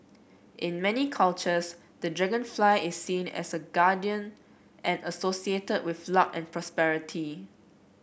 in many cultures the dragonfly is seen as a guardian and associated with luck and prosperity